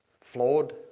flawed